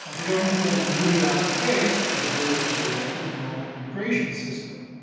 but the government then mooted out the case by diverting the boy to the normal immigration system.